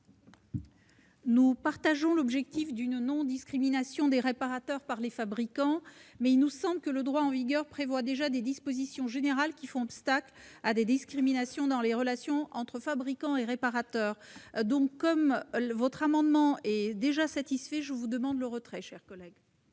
nous partageons l'objectif de non-discrimination des réparateurs par les fabricants, mais, à nos yeux, le droit en vigueur comporte déjà des dispositions générales faisant obstacle aux discriminations dans les relations entre fabricants et réparateurs. Dès lors, cet amendement est déjà satisfait, et j'en demande le retrait. Quel est